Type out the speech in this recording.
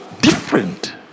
different